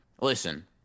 listen